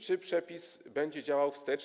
Czy przepis będzie działał wstecz?